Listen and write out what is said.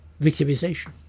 victimization